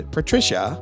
Patricia